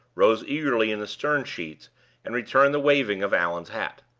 rose eagerly in the stern-sheets and returned the waving of allan's hat.